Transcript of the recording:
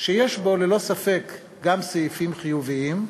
שיש בו ללא ספק גם סעיפים חיוביים,